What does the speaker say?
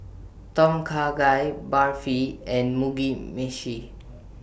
Tom Kha Gai Barfi and Mugi Meshi